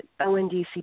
ONDCP